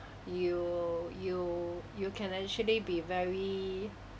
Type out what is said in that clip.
you you you can actually be very